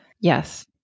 Yes